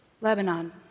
Lebanon